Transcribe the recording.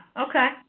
Okay